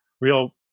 real